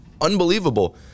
unbelievable